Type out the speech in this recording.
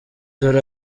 dore